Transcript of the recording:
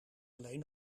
alleen